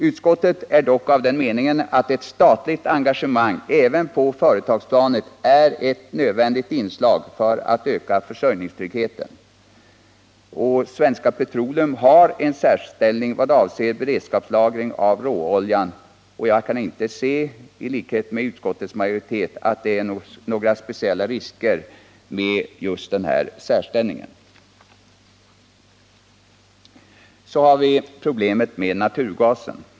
Utskottet är dock av den meningen att ett statligt engagemang även på företagsplanet är ett nödvändigt inslag för att öka försörjningstryggheten. Svenska Petroleum haren särställning vad avser beredskapslagring av råolja. Jag kan, i likhet med utskottets majoritet, inte inse att det är några speciella risker förenade med just den här särställningen. Så har vi problemet med naturgasen.